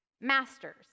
masters